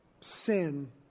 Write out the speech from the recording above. sin